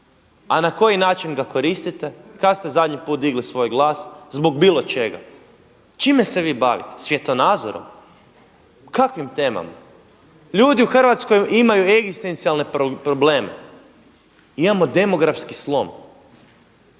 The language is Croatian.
a na koji način ga koristite, kad ste zadnji put digli svoje glas zbog bilo čega? Čime se vi bavite, svjetonazorom? Kakvim temama? Ljudi u Hrvatskoj imaju egzistencijalne probleme, imamo demografski slom,